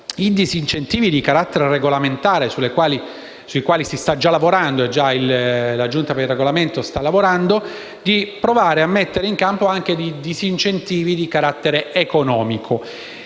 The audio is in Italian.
disincentivi di carattere regolamentare sui quali la Giunta per il Regolamento sta già lavorando, è di provare a mettere in campo anche disincentivi di carattere economico.